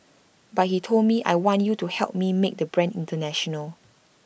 but he told me I want you to help me make the brand International